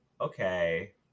okay